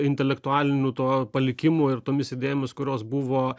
intelektualiniu tuo palikimu ir tomis idėjomis kurios buvo